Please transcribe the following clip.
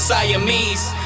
Siamese